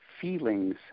feelings